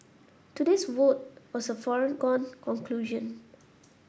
today's vote was a foregone conclusion